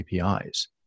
APIs